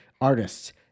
artists